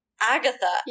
Agatha